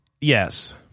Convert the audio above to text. Yes